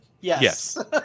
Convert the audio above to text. Yes